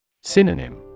Synonym